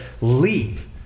Leave